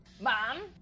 Mom